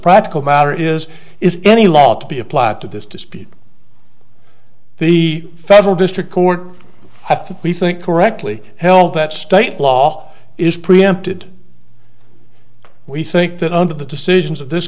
practical matter is is any law to be applied to this dispute the federal district court have to be think correctly held that state law is preempted we think that under the decisions of this